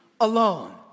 alone